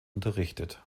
unterrichtet